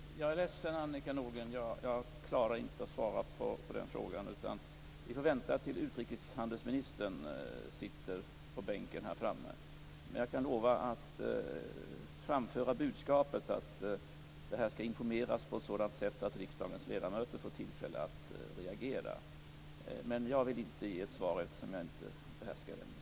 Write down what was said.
Fru talman! Jag är ledsen, Annika Nordgren, men jag klarar inte att svara på frågan, utan ni får vänta tills utrikeshandelsministern sitter på bänken här framme. Jag kan lova att framföra budskapet att det här skall det informeras om på ett sådant sätt att riksdagens ledamöter får tillfälle att reagera. Men jag vill inte ge något svar eftersom jag inte behärskar ämnet.